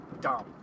dumb